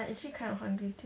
I actually kind of hungry too